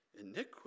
iniquity